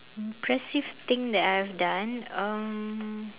impressive thing that I have done um